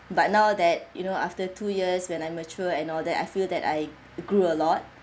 but now that you know after two years when I mature and all that I feel that I grew a lot